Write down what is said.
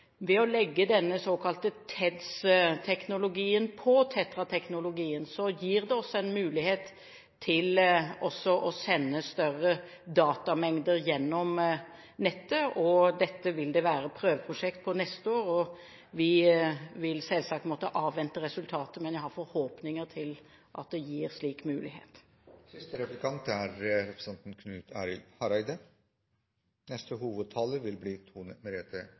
Ved å legge denne såkalte TEDS-teknologien på TETRA-teknologien gir det oss en mulighet til også å sende større datamengder gjennom nettet. Dette vil det være prøveprosjekt på neste år, og vi vil selvsagt måtte avvente resultatet, men jeg har forhåpninger til at det gir slik mulighet. Det har blitt stilt mange spørsmål knytte til nødnettet. Statsråden svarte godt på fleire av dei, men det er